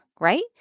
right